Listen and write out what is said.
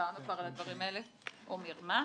דיברנו על הדברים האלה או מרמה,